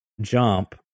jump